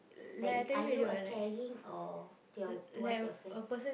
like are you a caring or to your towards your friend